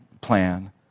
plan